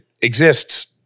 exists